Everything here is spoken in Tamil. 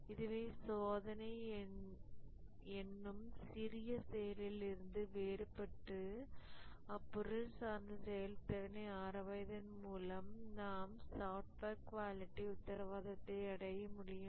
இதுவே சோதனை என்னும் சிறிய செயலிலிருந்து வேறுபட்டு அப்பொருள் சார்ந்த செயல்திறனை ஆராய்வதன் மூலம் நாம் சாஃப்ட்வேர் குவாலிட்டி உத்தரவாதத்தை அடைய முடியும்